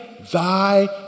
Thy